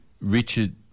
Richard